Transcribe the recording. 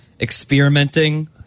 Experimenting